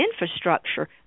infrastructure